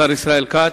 השר ישראל כץ.